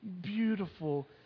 beautiful